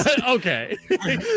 okay